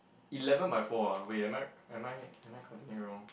eleven by four ah wait am I am I am I counting it wrong